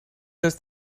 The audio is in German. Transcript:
erst